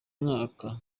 mwaka